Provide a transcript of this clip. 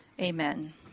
Amen